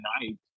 night